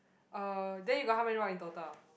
uh then you got how many rock in total